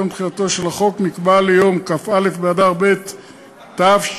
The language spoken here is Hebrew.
יום תחילתו של החוק נקבע ליום כ"א באדר ב' תשע"ו,